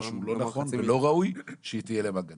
כשהם רואים דבר שהוא לא נכון והוא לא ראוי שתהיה להם הגנה.